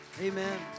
Amen